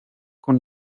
con